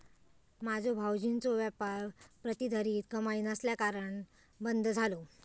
माझ्यो भावजींचो व्यापार प्रतिधरीत कमाई नसल्याकारणान बंद झालो